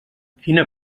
quina